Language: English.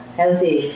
healthy